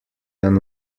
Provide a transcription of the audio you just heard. than